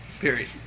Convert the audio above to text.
Period